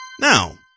Now